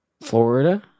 Florida